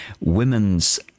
women's